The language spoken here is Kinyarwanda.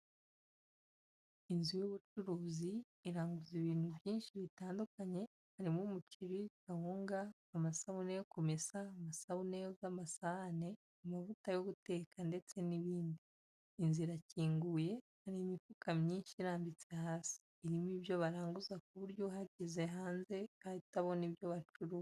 Inzu y'ubucuruzi, iranguza ibintu byinshi bitandukanye, harimo umuceri, kawunga, amasabune yo kumesa, amasabune yoza amasahane, amavuta yo guteka ndetse n'ibindi. Inzu irakinguye, hari imifuka myinshi irambitse hasi, irimo ibyo baranguza ku buryo uhagaze hanze ahita abona ibyo bacuruza.